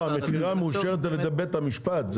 המכירה מאושרת על ידי בית המשפט,